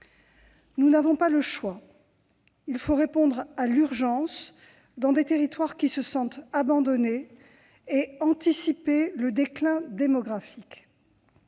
Nous n'avons pas le choix, il faut répondre à l'urgence, dans des territoires qui se sentent abandonnés, et anticiper le déclin démographique.